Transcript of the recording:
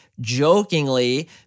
jokingly